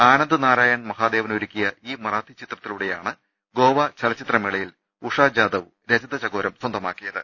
ആനന്ദ് നാരായൺ മഹാദേവൻ ഒരുക്കിയ ഈ മറാത്തി ചിത്രത്തിലൂടെയാണ് ഗോവ ചലച്ചിത്ര മേളയിൽ ഉഷാ ജാദവ് രജതച കോരം സ്വന്തമാക്കിയത്